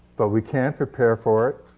but we can prepare for it,